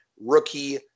rookie